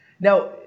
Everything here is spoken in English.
Now